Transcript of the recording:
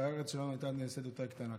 והארץ שלנו הייתה נעשית יותר קטנה.